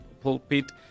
Pulpit